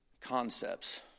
concepts